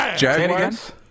Jaguars